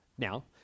Now